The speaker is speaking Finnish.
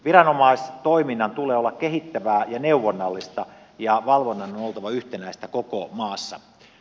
viranomaistoiminnan tulee olla kehittävää ja neuvonnallista ja valvonnan on oltava yhtenäistä koko maassa